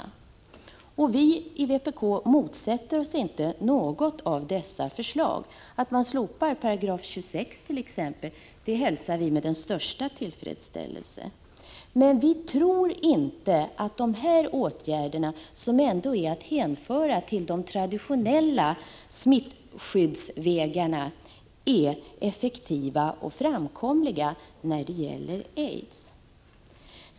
Vi i vpk motsätter oss inte något av dessa förslag. Att man slopar 26 § hälsar vi t.ex. med den största tillfredsställelse. Men vi tror inte att de här åtgärderna, som ändå är att hänföra till de traditionella smittskyddsvägarna, är effektiva och framkomliga när det gäller aids.